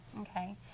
okay